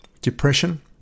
depression